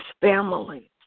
families